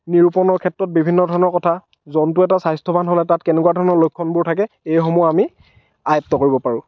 নিৰূপণৰ ক্ষেত্ৰত বিভিন্ন ধৰণৰ কথা জন্তু এটা স্বাস্থ্যৱান হ'লে তাত কেনেকুৱা ধৰণৰ লক্ষণবোৰ থাকে এইসমূহ আমি আয়ত্ব কৰিব পাৰোঁ